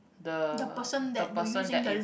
the the person that is